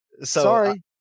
Sorry